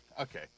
Okay